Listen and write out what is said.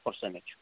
percentage